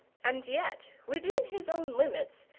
and yet, within his own limits,